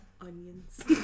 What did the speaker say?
onions